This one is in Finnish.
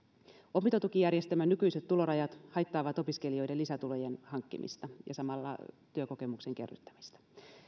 opintotukijärjestelmän nykyiset tulorajat haittaavat opiskelijoiden lisätulojen hankkimista ja samalla työkokemuksen kerryttämistä